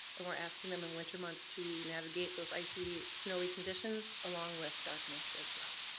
and we're asking them in winter months to navigate those icy, snowy conditions, along with darkness as well.